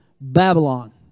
Babylon